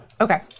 Okay